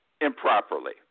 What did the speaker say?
improperly